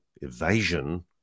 evasion